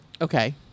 Okay